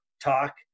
talk